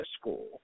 school